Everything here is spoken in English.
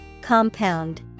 Compound